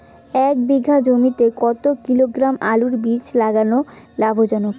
এক বিঘা জমিতে কতো কিলোগ্রাম আলুর বীজ লাগা লাভজনক?